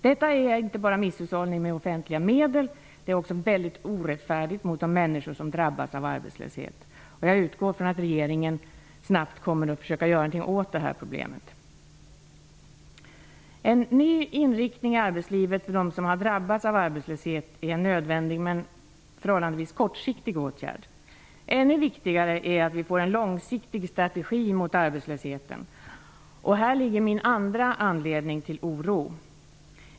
Detta är inte bara misshushållning med offentliga medel utan också väldigt orättfärdigt gentemot de människor som drabbas av arbetslöshet. Jag utgår från att regeringen snabbt kommer att försöka göra något åt det här problemet. En ny inriktning i arbetslivet för dem som har drabbats av arbetslöhet är en nödvändig men förhållandesvis kortsiktig åtgärd. Ännu viktigare är det att vi får en långsiktig strategi mot arbetslösheten. Här finns det andra skälet till att jag är orolig.